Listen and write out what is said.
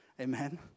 Amen